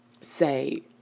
say